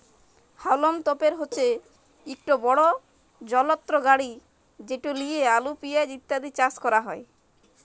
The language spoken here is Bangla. হাউলম তপের হছে ইকট বড় যলত্র গাড়ি যেট লিঁয়ে আলু পিয়াঁজ ইত্যাদি চাষ ক্যরা হ্যয়